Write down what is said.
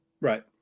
right